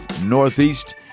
Northeast